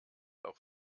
auch